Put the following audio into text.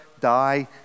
die